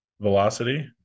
velocity